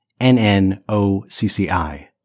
N-N-O-C-C-I